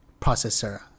processor